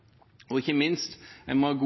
Ikke minst må en ha god